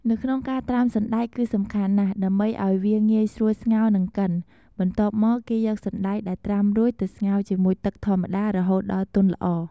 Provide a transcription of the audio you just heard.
នៅក្នុងការត្រាំសណ្តែកគឺសំខាន់ណាស់ដើម្បីឲ្យវាងាយស្រួលស្ងោរ និងកិន បន្ទាប់មក គេយកសណ្តែកដែលត្រាំរួចទៅស្ងោរជាមួយទឹកធម្មតា រហូតដល់ទុនល្អ។